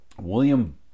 William